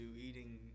eating